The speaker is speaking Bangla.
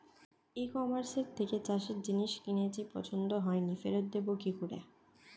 ই কমার্সের থেকে চাষের জিনিস কিনেছি পছন্দ হয়নি ফেরত দেব কী করে?